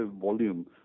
volume